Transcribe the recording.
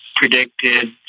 Predicted